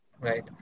Right